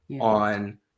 on